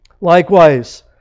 Likewise